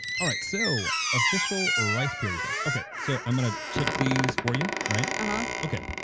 all right, so official or rice purity test, okay so i'm gonna check these for you, right? ah okay.